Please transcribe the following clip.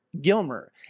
Gilmer